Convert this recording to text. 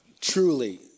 truly